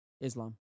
Islam